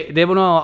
devono